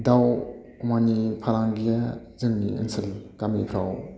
दाउ अमानि फालांगिया जोंनि ओनसोल गामिफ्राव